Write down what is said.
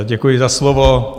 Děkuji za slovo.